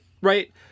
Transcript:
right